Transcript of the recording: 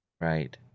right